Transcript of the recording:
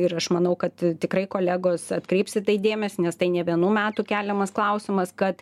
ir aš manau kad tikrai kolegos atkreips į tai dėmesį nes tai ne vienų metų keliamas klausimas kad